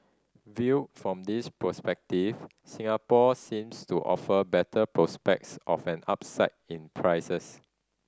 viewed from this perspective Singapore seems to offer better prospects of an upside in prices